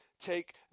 take